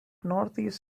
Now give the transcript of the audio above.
northeast